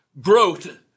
growth